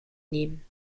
nehmen